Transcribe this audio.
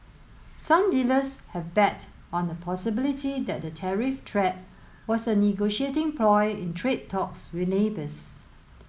some dealers have bet on the possibility that the tariff threat was a negotiating ploy in trade talks with neighbours